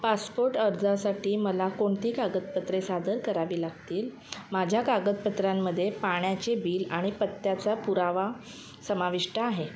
passport अर्जासाठी मला कोणती कागदपत्रे सादर करावी लागतील माझ्या कागदपत्रांमध्ये पाण्याचे बिल आणि पत्त्याचा पुरावा समाविष्ट आहेत